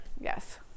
Yes